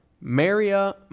Maria